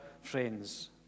friends